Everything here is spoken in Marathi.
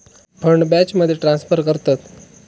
फंड बॅचमध्ये ट्रांसफर करतत